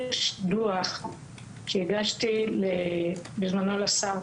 יש דוח שהגשתי בזמנו לשר,